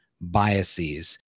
biases